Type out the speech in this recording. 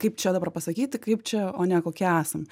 kaip čia dabar pasakyti kaip čia o ne kokie esam